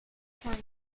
sainte